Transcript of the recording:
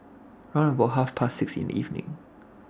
round about Half Past six in The evening